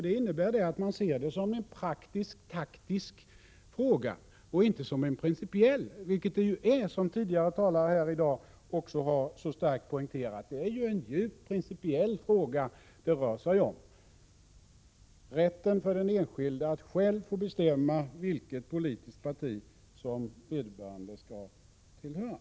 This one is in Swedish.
Det innebär att man ser det hela som en praktisk-taktisk fråga och inte som en principiell fråga, vilket den ju är, som tidigare talare så starkt har poängterat. Det rör sig om en djupt principiell fråga: rätten för den enskilde att själv få bestämma vilket politiskt parti som vederbörande skall tillhöra.